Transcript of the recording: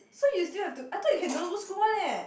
so you still have to I thought you can don't go school one leh